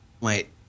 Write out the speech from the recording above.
Wait